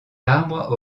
arbre